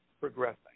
progressing